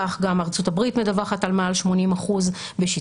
כך גם ארצות הברית מדווחת על מעל 80% בשטחה.